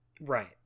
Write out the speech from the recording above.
Right